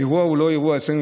האירוע הוא לא אירוע אצלנו,